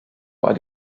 war